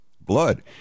blood